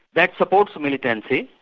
that supports militancy,